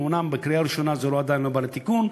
אומנם בקריאה הראשונה זה עדיין לא בא לתיקון,